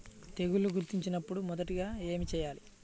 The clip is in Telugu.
తెగుళ్లు గుర్తించినపుడు మొదటిగా ఏమి చేయాలి?